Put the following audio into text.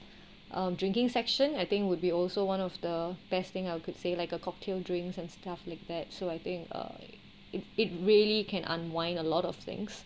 um drinking section I think would be also one of the best thing I could say like a cocktail drinks and stuff like that so I think uh if it really can unwind a lot of things